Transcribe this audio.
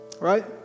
Right